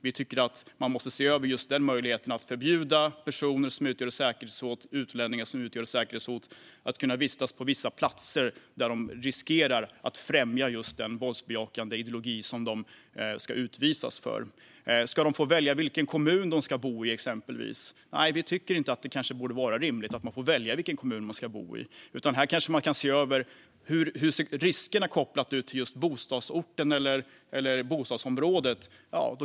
Vi tycker att man måste se över möjligheten att förbjuda utlänningar som utgör ett säkerhetshot att vistas på vissa platser där de riskerar att främja den våldsbejakande ideologi som de ska utvisas för. Ska de få välja vilken kommun de ska bo i, exempelvis? Nej, vi tycker kanske inte att det borde vara rimligt. Här kanske man kan se över hur riskerna ser ut kopplat till bostadsorten eller bostadsområdet.